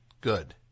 Good